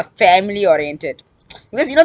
family oriented because you know